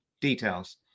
details